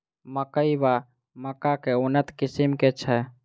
मकई वा मक्का केँ उन्नत किसिम केँ छैय?